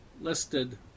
listed